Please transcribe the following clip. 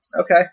Okay